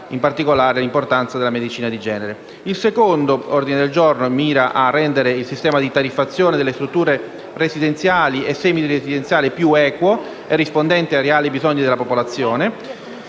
in particolare, l'importanza della medicina di genere. L'ordine del giorno G1.102 mira a rendere il sistema di tariffazione delle strutture residenziali e semiresidenziali più equo e rispondente ai reali bisogni della popolazione,